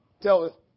Tell